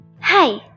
Hi